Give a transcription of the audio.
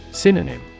Synonym